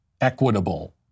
equitable